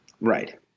Right